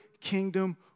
kingdom